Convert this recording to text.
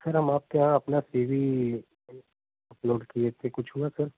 sir हम आपके यहाँ अपना सी वी अपलोड किए थे कुछ हुआ सर